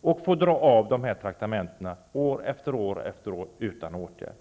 och han får då dra av dessa traktamenten år efter år utan åtgärd.